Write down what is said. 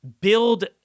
Build